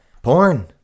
Porn